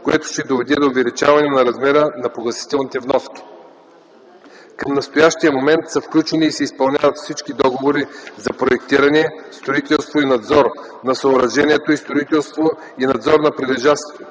което ще доведе до увеличаване на размера на погасителните вноски. Към настоящия момент са сключени и се изпълняват всички договори за проектиране, строителство и надзор на съоръжението и строителство и надзор на прилежащата